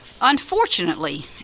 Unfortunately